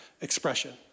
expression